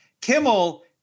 Kimmel